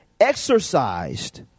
exercised